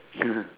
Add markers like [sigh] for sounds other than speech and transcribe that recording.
[laughs]